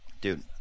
Dude